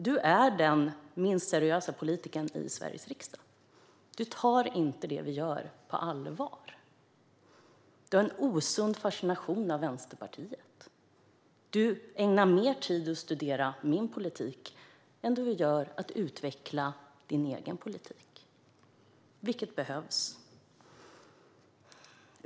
Du är den minst seriösa politikern i Sveriges riksdag. Du tar inte det vi gör på allvar. Du har en osund fascination för Vänsterpartiet. Du ägnar mer tid åt att studera min politik än du gör åt att utveckla din egen politik, vilket behövs.